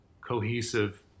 cohesive